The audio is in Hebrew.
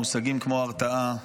מושגים כמו "הרתעה",